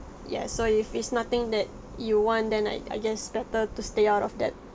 ya so if it's nothing that you want then I I guess better to stay out of debt